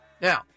Now